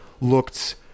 looked